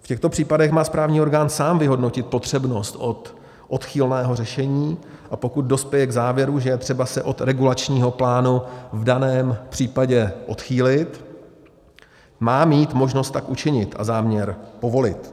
V těchto případech má správní orgán sám vyhodnotit potřebnost odchylného řešení, a pokud dospěje k závěru, že je třeba se od regulačního plánu v daném případě odchýlit, má mít možnost tak učinit a záměr povolit.